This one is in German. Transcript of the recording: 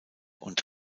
und